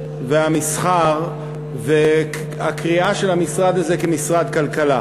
והמסחר והקריאה של המשרד הזה בשם משרד הכלכלה,